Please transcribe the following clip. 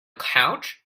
couch